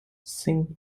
sing